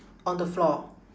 on the floor